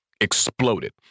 exploded